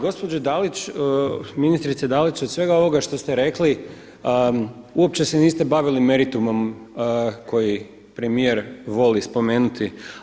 Gospođo Dalić, ministrice Dalić, od svega ovoga što ste rekli uopće se niste bavili meritumom koji premijer voli spomenuti.